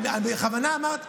אני בכוונה אמרתי,